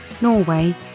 Norway